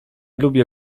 lubię